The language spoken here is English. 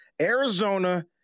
Arizona